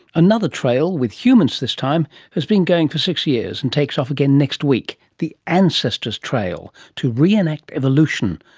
another trail, with humans this time, has been going for six years and takes off again next week, the ancestor's trail to re-enact evolution,